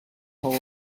hole